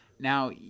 Now